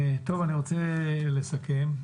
אני רוצה לסכם.